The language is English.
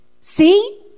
See